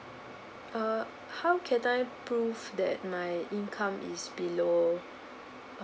uh how can I proof that my income is below